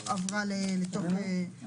רוצה לספר.